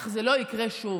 אך זה לא יקרה שוב.